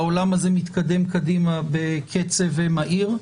העולם הזה מתקדם קדימה בקצב מהיר,